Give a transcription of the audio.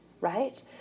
right